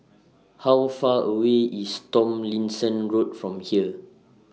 How Far away IS Tomlinson Road from here